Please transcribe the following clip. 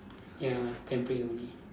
ya temporary only